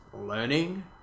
learning